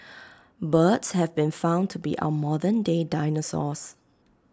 birds have been found to be our modern day dinosaurs